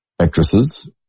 actresses